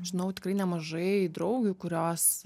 žinau tikrai nemažai draugių kurios